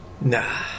Nah